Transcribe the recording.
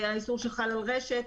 האיסור שחל על רש"ת,